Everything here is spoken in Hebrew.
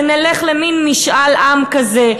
ונלך למין משאל עם כזה,